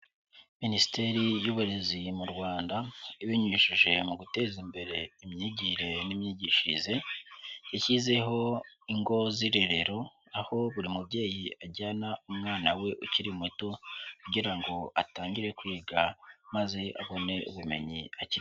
Minisiteri y'uburezi mu Rwanda ibinyujije mu guteza imbere imyigire n'imyigishirize yashyizeho ingo z'irerero aho buri mubyeyi ajyana umwana we ukiri muto kugira ngo atangire kwiga, maze abone ubumenyi akiri...